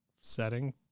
setting